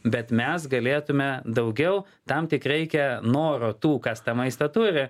bet mes galėtumė daugiau tam tik reikia noro tų kas tą maistą turi